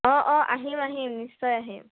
অঁ অঁ আহিম আহিম নিশ্চয় আহিম